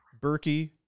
Berkey